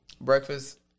breakfast